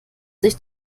sich